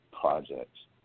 projects